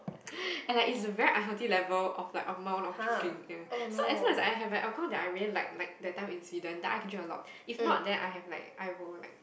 and like is a very unhealthy level of like amount of drinking yeah so as long as I have a alcohol that I really like like that time in Sweden then I can drink a lot if not then I have like I will like